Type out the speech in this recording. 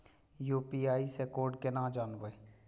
UPI से code केना जानवै?